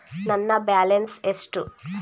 ನನ್ನ ಬ್ಯಾಲೆನ್ಸ್ ಎಷ್ಟು?